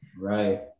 right